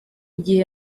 gihe